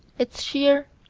it's sheer,